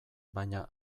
baina